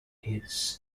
its